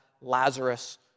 Lazarus